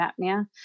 apnea